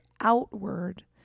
outward